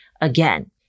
again